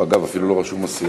אגב, אפילו לא רשומה הסיעה.